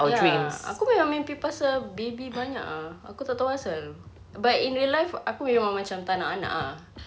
ya aku memang mimpi pasal baby banyak ah aku tak tahu apa pasal but in real life aku memang macam tak nak anak ah